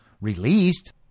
released